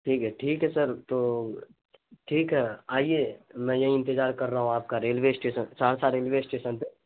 ٹھیک ہے ٹھیک ہے سر تو ٹھیک ہے آئیے میں یہیں انتطار کر رہا ہوں آپ کا railway station Saharsa railway station پہ